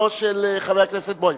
חבר הכנסת בוים.